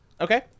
Okay